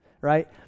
right